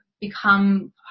become